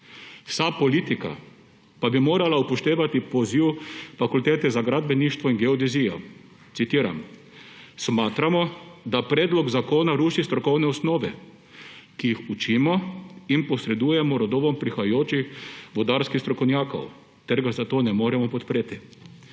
Vsa politika pa bi morala upoštevati poziv Fakultete za gradbeništvo in geodezijo. Citiram: »Smatramo, da predlog zakona ruši strokovne osnove, ki jih učimo in posredujemo rodovom prihajajoči vodarskih strokovnjakov, ter ga zato ne moremo podpreti.«